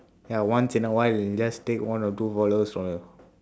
ya once in a while he will just take one or two followers